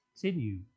continue